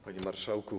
Panie Marszałku!